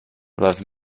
love